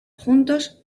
juntos